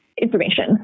Information